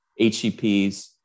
HCPs